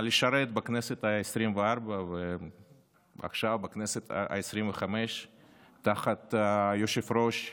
לשרת בכנסת העשרים-וארבע ועכשיו בכנסת העשרים-וחמש תחת יושב-ראש נאמן,